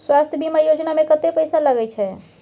स्वास्थ बीमा योजना में कत्ते पैसा लगय छै?